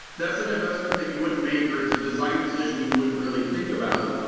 that's an investment that you wouldn't make or it's a design decision you wouldn't really think about.